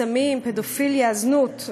סמים, פדופיליה, זנות.